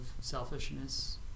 selfishness